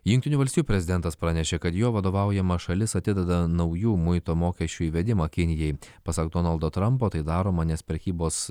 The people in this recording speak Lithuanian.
jungtinių valstijų prezidentas pranešė kad jo vadovaujama šalis atideda naujų muito mokesčių įvedimą kinijai pasak donaldo trampo tai daroma nes prekybos